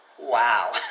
Wow